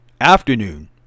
afternoon